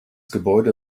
gebäude